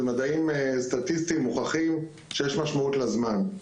זה מדעים סטטיסטיים מוכחים שיש משמעות לזמן.